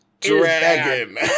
dragon